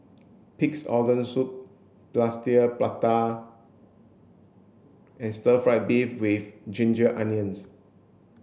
pig's organ soup plaster prata and stir fried beef with ginger onions